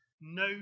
no